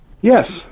Yes